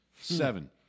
Seven